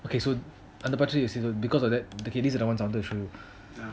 okay so அந்த படத்துல:antha padathula because of that this is the one I wanted to show you